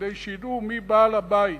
כדי שיראו מי בעל-הבית.